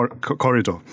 corridor